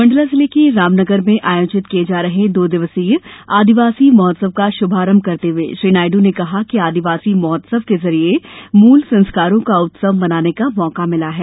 मंडला जिले के रामनगर में आयोजित किये जा रहे दो दिवसीय आदिवासी महोत्सव का शुभारंभ करते हुए श्री नायडू ने कहा कि आदिवासी महोत्सव के जरिए मूल संस्कारों का उत्सव मनाने का मौका भिला है